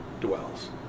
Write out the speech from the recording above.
dwells